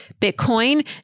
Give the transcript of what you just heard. Bitcoin